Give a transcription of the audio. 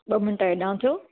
ॿ मिंट हेॾाहिं थियो